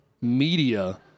media